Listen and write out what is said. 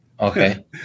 Okay